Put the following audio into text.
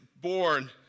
born